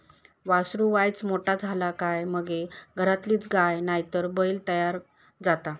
वासरू वायच मोठा झाला काय मगे घरातलीच गाय नायतर बैल तयार जाता